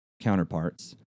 counterparts